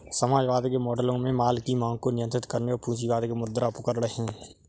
समाजवाद के मॉडलों में माल की मांग को नियंत्रित करने और पूंजीवाद के मुद्रा उपकरण है